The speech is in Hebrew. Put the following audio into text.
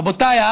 רבותיי,